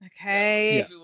Okay